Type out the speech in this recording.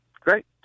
Great